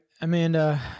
Amanda